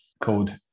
called